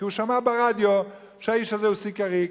כי הוא שמע ברדיו שהאיש הזה הוא סיקריק,